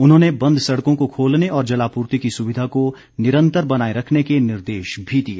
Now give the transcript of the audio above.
उन्होंने बंद सड़कों को खोलने और जलापूर्ति की सुविधा को निरंतर बनाए रखने के निर्देश भी दिए